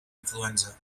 influenza